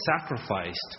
sacrificed